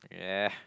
ya